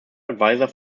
advisor